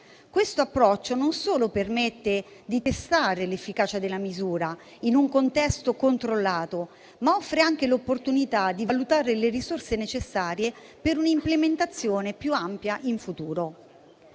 Questo approccio non solo permette di testare l'efficacia della misura in un contesto controllato, ma offre anche l'opportunità di valutare le risorse necessarie per un'implementazione più ampia in futuro.